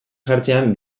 jartzean